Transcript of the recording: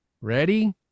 Ready